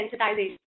sensitization